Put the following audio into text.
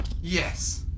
Yes